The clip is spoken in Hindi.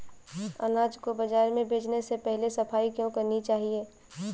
अनाज को बाजार में बेचने से पहले सफाई क्यो करानी चाहिए?